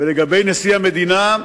ולגבי נשיא המדינה,